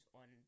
on